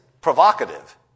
provocative